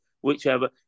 whichever